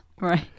Right